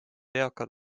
eakad